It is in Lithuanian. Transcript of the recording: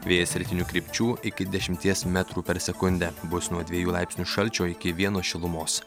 vėjas rytinių krypčių iki dešimties metrų per sekundę bus nuo dviejų laipsnių šalčio iki vieno šilumos